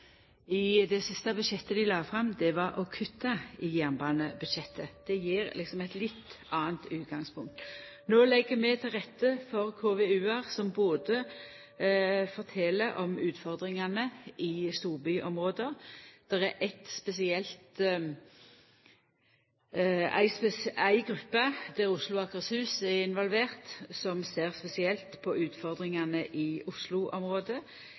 i det siste budsjettet dei la fram, var å kutta i jernbanebudsjettet. Det gjev eit litt anna utgangspunkt. No legg vi til rette for KVU-ar som fortel om utfordringane i storbyområda. Det er éi gruppe, der Oslo og Akershus er involverte, som ser spesielt på utfordringane i